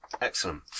Excellent